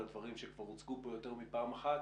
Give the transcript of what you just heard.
הדברים שכבר הוצגו פה יותר מפעם אחת,